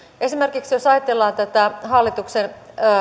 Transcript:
esimerkiksi jos ajatellaan tätä hallituksen